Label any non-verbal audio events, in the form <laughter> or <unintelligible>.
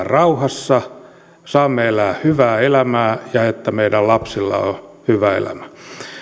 <unintelligible> rauhassa saamme elää hyvää elämää ja että meidän lapsilla on hyvä elämä